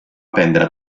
aprendre